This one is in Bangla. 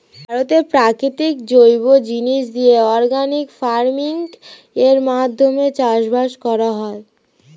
ভারতে প্রাকৃতিক জৈব জিনিস দিয়ে অর্গানিক ফার্মিং এর মাধ্যমে চাষবাস করা হয়